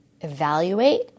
evaluate